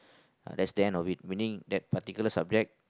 that's the end of it meaning that particular subject